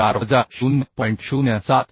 4 वजा 0